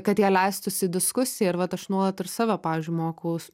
kad jie leistųsi į diskusiją ir vat aš nuolat ir save pavyzdžiui mokaus